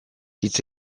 hitz